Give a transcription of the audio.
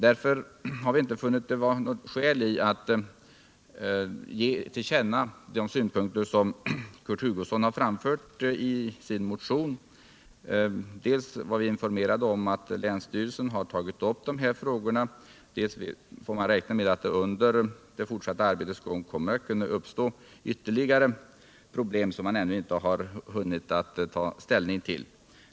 Därför har vi inte funnit det vara något skäl i att ge regeringen till känna de synpunkter som Kurt Hugosson har framfört i sin motion. Dels var vi informerade om att länsstyrelsen har tagit upp de här frågorna, dels får man räkna med att det under det fortsatta arbetet kan uppstå ytterligare problem, som man alltså ännu inte har hunnit ta ställning till.